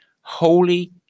Holy